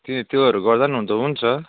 ती त्योहरू गर्दा पनि हुनु त हुन्छ